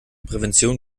prävention